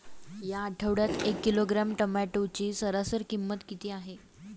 या आठवड्यात एक किलोग्रॅम टोमॅटोची सरासरी किंमत किती आहे?